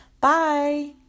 Bye